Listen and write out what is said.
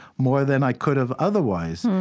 more than i could've otherwise,